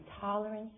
tolerance